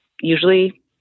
Usually